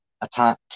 attack